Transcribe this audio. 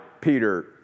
Peter